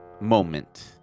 moment